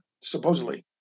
supposedly